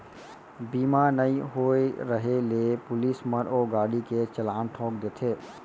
बीमा नइ होय रहें ले पुलिस मन ओ गाड़ी के चलान ठोंक देथे